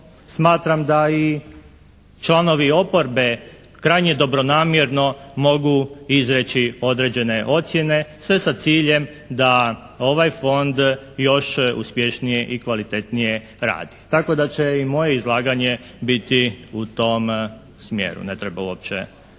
smatram da i članovi oporbe krajnje dobronamjerno mogu izreći određene ocjene sve sa ciljem da ovaj Fond još uspješnije i kvalitetnije radi tako da će i moje izlaganje biti u tom smjeru, ne treba uopće